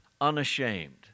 unashamed